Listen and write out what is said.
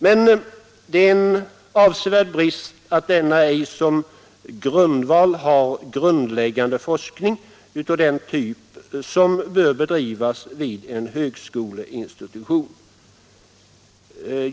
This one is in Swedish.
Men det är en avsevärd brist att denna ej som grundval har grundläggande forskning av den typ som bör bedrivas vid högskoleinstitution.